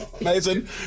Amazing